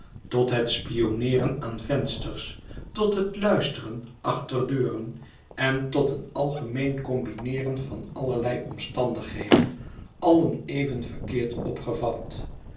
tot het spionneeren aan vensters tot het luisteren achter deuren en tot een algemeen combineeren van allerlei omstandigheden allen even verkeerd opgevat